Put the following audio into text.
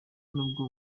nubwo